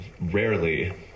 rarely